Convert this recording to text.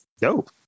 Dope